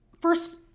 first